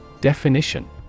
Definition